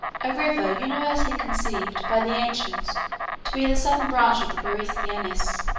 a river universally conceived by the ancients to be the southern branch of the borysthenes.